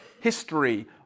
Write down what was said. history